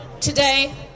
today